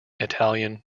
italian